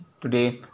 today